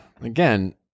Again